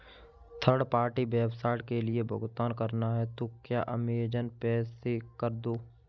third party website के लिए भुगतान करना है तो क्या अमेज़न पे से कर दो